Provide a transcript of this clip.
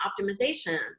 optimization